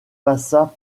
passa